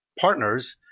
partners